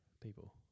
people